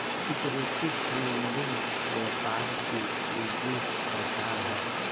security trading व्यापार के ईगो प्रकार ह